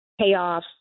payoffs